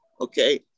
Okay